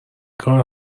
کار